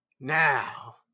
Now